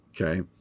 okay